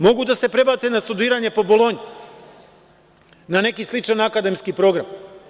Mogu da se prebace na studiranje po Bolonji, na neki sličan akademski program.